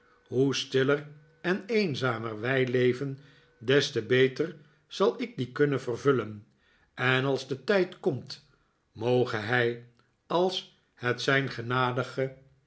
hoe stiller en eenzamer wij leven des te beter zal ik dien kunnen vervullen en als de tijd komt moge hij als het zijn genadige